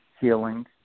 Healing